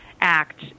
Act